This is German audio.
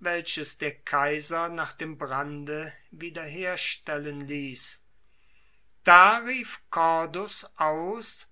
welches der kaiser nach dem brande wieder herstellen ließ da rief cordus aus